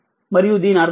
మరియు దీని అర్థం ఇది Vs